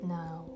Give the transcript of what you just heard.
now